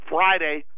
Friday